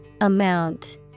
Amount